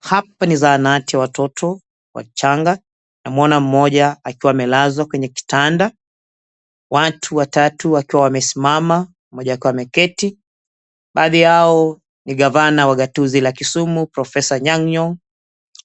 Hapa ni zahanati ya watoto wachanga, namwona mmoja akiwa amelazwa kwenye kitanda. Watu watatu wakiwa wamesimama, mmoja akiwa ameketi. Baadhi yao ni Gavana wa Gatuzi la Kisumu, profesa Anyang' Nyong'o,